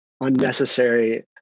unnecessary